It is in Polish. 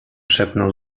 szepnął